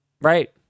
Right